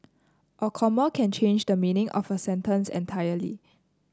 a comma can change the meaning of a sentence entirely